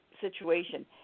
situation